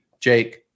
Jake